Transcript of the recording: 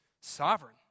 sovereign